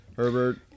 Herbert